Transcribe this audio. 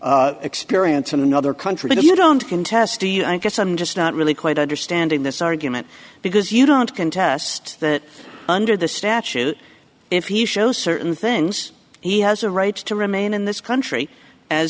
might experience in another country you don't contest i guess i'm just not really quite understanding this argument because you don't contest that under the statute if he shows certain things he has a right to remain in this country as